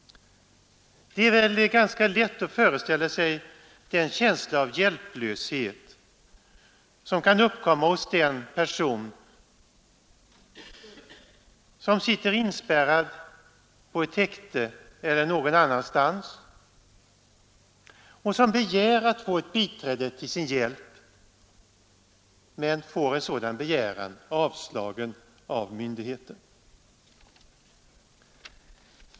Det är väl ganska lätt att föreställa sig den känsla av hjälplöshet som kan uppkomma hos den person som sitter inspärrad i häkte eller någon annanstans och som begär att få ett biträde till sin hjälp men får en sådan begäran avslagen av myndigheten.